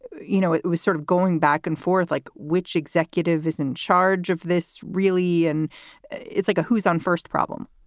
you know, it was sort of going back and forth, like which executive is in charge of this, really? and it's like a who's on first problem